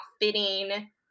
fitting